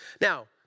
Now